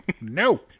No